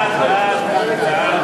התקנת חיישנים),